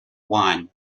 wine